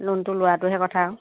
লোনটো লোৱাটোহে কথা আৰু